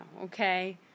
okay